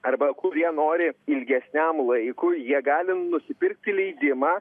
arba kurie nori ilgesniam laikui jie gali nusipirkti leidimą